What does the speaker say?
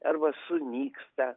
arba sunyksta